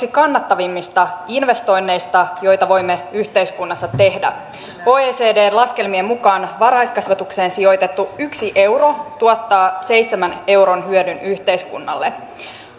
kannattavimmista investoinneista joita voimme yhteiskunnassa tehdä oecdn laskelmien mukaan varhaiskasvatukseen sijoitettu yksi euro tuottaa seitsemän euron hyödyn yhteiskunnalle